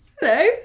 Hello